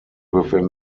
within